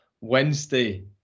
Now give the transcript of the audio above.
Wednesday